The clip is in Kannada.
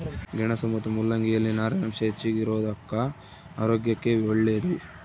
ಗೆಣಸು ಮತ್ತು ಮುಲ್ಲಂಗಿ ಯಲ್ಲಿ ನಾರಿನಾಂಶ ಹೆಚ್ಚಿಗಿರೋದುಕ್ಕ ಆರೋಗ್ಯಕ್ಕೆ ಒಳ್ಳೇದು